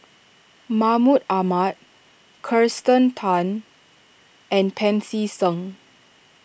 Mahmud Ahmad Kirsten Tan and Pancy Seng